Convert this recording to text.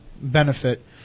benefit